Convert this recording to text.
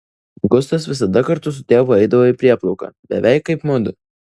gustas visada kartu su tėvu eidavo į prieplauką beveik kaip mudu